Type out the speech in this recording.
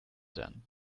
then